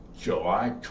July